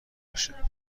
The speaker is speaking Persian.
باشه